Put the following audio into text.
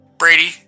Brady